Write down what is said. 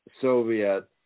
Soviet